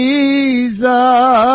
Jesus